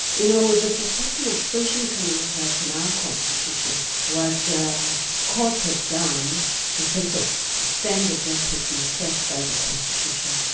you know with the protection of socioeconomic rights in our constitution, what the court had done in terms of the standard that has been set by the constitution,